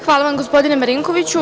Hvala vam, gospodine Marinkoviću.